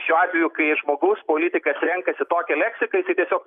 šiuo atveju kai žmogus politikas renkasi tokią leksiką jisai tiesiog